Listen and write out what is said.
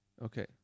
Okay